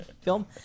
film